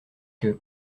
que